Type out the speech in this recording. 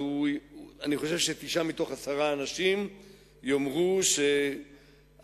אני חושב שתשעה מתוך עשרה אנשים יאמרו שהשידורים